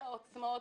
את העוצמות,